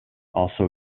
also